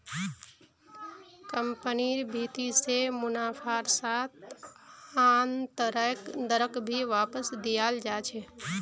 कम्पनिर भीति से मुनाफार साथ आन्तरैक दरक भी वापस दियाल जा छे